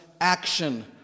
action